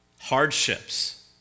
hardships